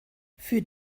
für